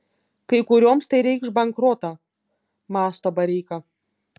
kai kurioms tai reikš bankrotą mąsto bareika